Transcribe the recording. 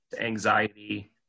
anxiety